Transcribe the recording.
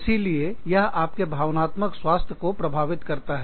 इसीलिए यह आपके भावनात्मक स्वास्थ्य को प्रभावित करता है